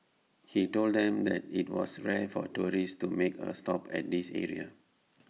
he told them that IT was rare for tourists to make A stop at this area